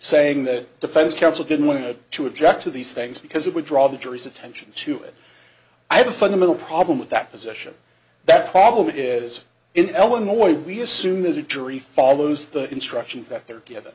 saying the defense counsel didn't want to to object to these things because it would draw the jury's attention to it i have a fundamental problem with that position that problem is in eleanor we assume that the jury follows the instructions that they're g